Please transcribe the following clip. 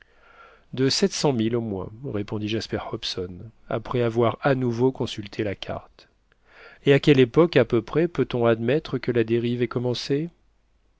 de sept cents milles au moins répondit jasper hobson après avoir à nouveau consulté la carte et à quelle époque à peu près peut-on admettre que la dérive ait commencé